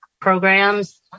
programs